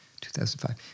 2005